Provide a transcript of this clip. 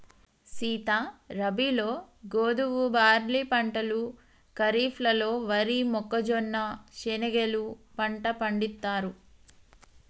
సీత రబీలో గోధువు, బార్నీ పంటలు ఖరిఫ్లలో వరి, మొక్కజొన్న, శనిగెలు పంట పండిత్తారు